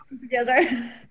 together